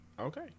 Okay